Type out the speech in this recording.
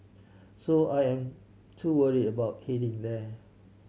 so I am too worried about heading there